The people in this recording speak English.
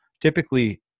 typically